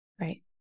Right